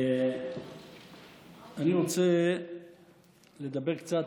אני רוצה לדבר קצת,